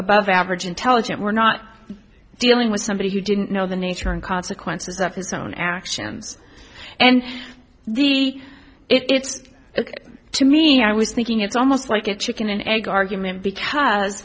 above average intelligent we're not dealing with somebody who didn't know the nature and consequences of his own actions and the it's ok to me i was thinking it's almost like a chicken and egg argument